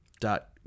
dot